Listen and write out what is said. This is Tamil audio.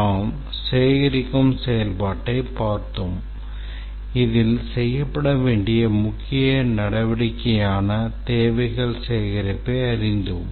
நாம் சேகரிக்கும் செயல்பாட்டைப் பார்த்தோம் இதில் செய்யப்பட வேண்டிய முக்கிய நடவடிக்கையான தேவைகள் சேகரிப்பை அறிந்தோம்